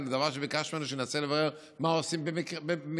ביקשנו ממנו שינסה לברר מה עושים במקרה,